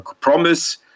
promise